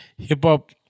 hip-hop